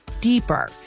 deeper